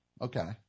okay